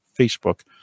Facebook